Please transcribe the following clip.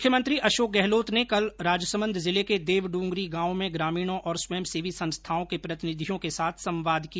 मुख्यमंत्री अशोक गहलोत ने कल राजसमन्द जिले के देव डूंगरी गांव में ग्रामीणों और स्वयंसेवी संस्थाओं के प्रतिनिधियों के साथ संवाद किया